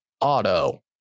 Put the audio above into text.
Auto